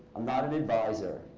i'm not an advisor.